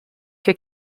que